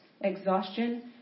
exhaustion